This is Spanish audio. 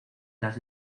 las